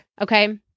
okay